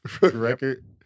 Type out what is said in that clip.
record